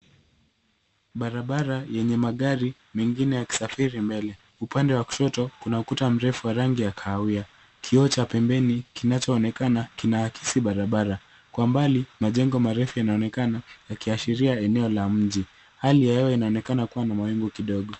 Barabara yenye magari, mengine yakisafiri mbele. Upande wa kushoto, kuna ukuta mrefu wa rangi ya kahawia. Kioo cha pembeni kinacho onekana kinaakisi barabara. Kwa mbali, majengo marefu yanaonekana yakiashiria eneo la mji. Hali ya hewa inaonekana kuwa na mawingu kidogo.